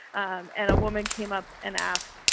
um and a woman came up and asked,